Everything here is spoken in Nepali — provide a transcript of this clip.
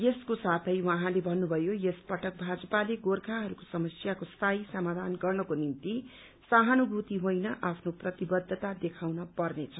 यसको साथै उहाँले भन्न्रभयो यस पटक भाजपाले गोर्खाहरूको समस्याको स्थायी समाधान गर्नको निम्ति सहानुभूति होइन आफ्नो प्रतिबद्धता देखाउन पर्नेछ